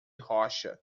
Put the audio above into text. rocha